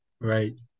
Right